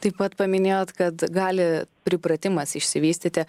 taip pat paminėjot kad gali pripratimas išsivystyti